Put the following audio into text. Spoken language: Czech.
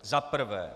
Za prvé.